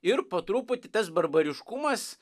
ir po truputį tas barbariškumas